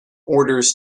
orders